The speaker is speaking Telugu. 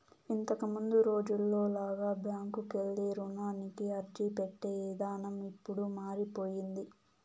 ఇంతకముందు రోజుల్లో లాగా బ్యాంకుకెళ్ళి రుణానికి అర్జీపెట్టే ఇదానం ఇప్పుడు మారిపొయ్యింది